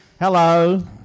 Hello